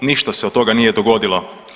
Ništa se od toga nije dogodilo.